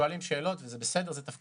שואלים שאלות וזה תפקידכם,